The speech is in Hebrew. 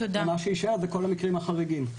ומה שיישאר זה כל המקרים החריגים.